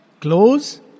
close